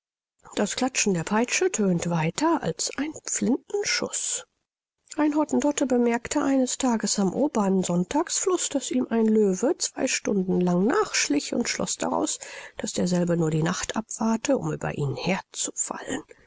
vertreiben das klatschen der peitsche tönt weiter als ein flintenschuß ein hottentotte bemerkte eines tages am obern sonntagsfluß daß ihm ein löwe zwei stunden lang nachschlich und schloß daraus daß derselbe nur die nacht abwarte um über ihn herzufallen